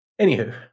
Anywho